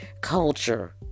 culture